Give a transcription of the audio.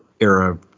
era